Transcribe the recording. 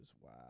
Wow